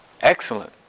excellent